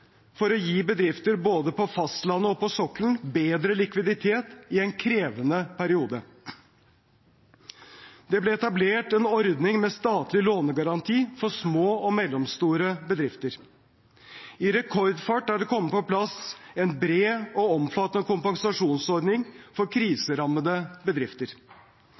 for å gi bedrifter både på fastlandet og på sokkelen bedre likviditet, i en krevende periode. Det ble etablert en ordning med statlig lånegaranti for små og mellomstore bedrifter. I rekordfart er det kommet på plass en bred og omfattende kompensasjonsordning for kriserammede bedrifter.